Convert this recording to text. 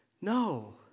No